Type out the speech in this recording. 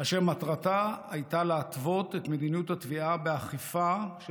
אשר מטרתה להתוות את מדיניות התביעה באכיפה של